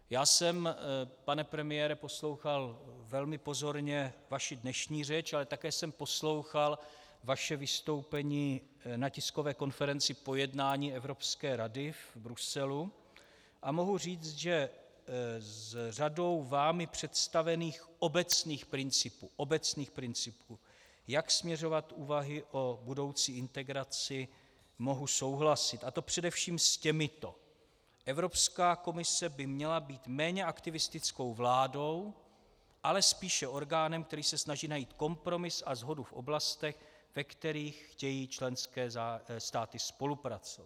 Já jsem, pane premiére, poslouchal velmi pozorně vaši dnešní řeč, ale také jsem poslouchal vaše vystoupení na tiskové konferenci po jednání Evropské rady v Bruselu a mohu říct, že s řadou vámi představených obecných principů, jak směřovat úvahy o budoucí integraci, mohu souhlasit, a to především s těmito: Evropská komise by měla být méně aktivistickou vládou, ale spíše orgánem, který se snaží najít kompromis a shodu v oblastech, ve kterých chtějí členské státy spolupracovat.